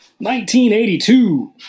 1982